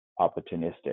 opportunistic